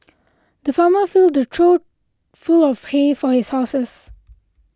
the farmer filled a trough full of hay for his horses